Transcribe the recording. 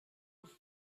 was